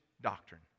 doctrine